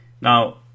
Now